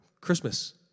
Christmas